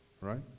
right